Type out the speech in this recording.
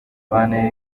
bantera